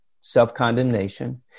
self-condemnation